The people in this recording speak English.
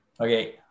Okay